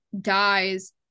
dies